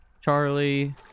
Charlie